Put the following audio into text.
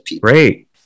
Great